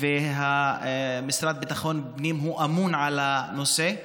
והמשרד לביטחון הפנים אמון על הנושא.